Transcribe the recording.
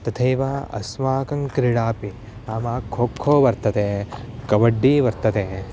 तथैव अस्माकं क्रीडापि नाम खो खो वर्तते कबड्डी वर्तते